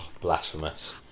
blasphemous